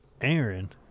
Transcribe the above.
aaron